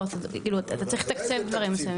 אתה צריך לתקצב דברים מסוימים.